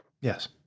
Yes